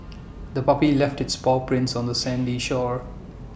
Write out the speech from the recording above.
the puppy left its paw prints on the sandy shore